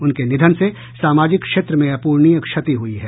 उनके निधन से सामाजिक क्षेत्र में अपूरणीय क्षति हुई है